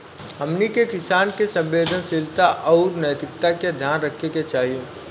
हमनी के किसान के संवेदनशीलता आउर नैतिकता के ध्यान रखे के चाही